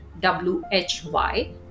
W-H-Y